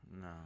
No